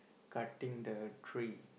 cutting the tree